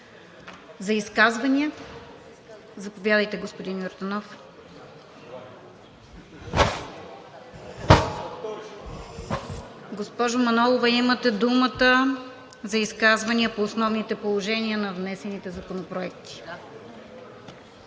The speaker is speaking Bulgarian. За изказвания? Заповядайте, господин Йорданов. Госпожо Манолова, имате думата за изказвания по основните положения на внесените законопроекти.